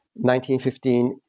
1915